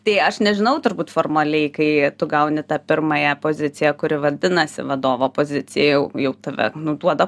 tai aš nežinau turbūt formaliai kai tu gauni tą pirmąją poziciją kuri vadinasi vadovo pozicija jau jau tada nu duoda